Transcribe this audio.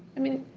i mean.